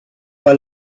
pas